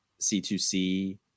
C2C